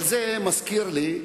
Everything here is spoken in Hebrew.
אבל זה מזכיר לי,